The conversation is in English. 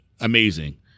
amazing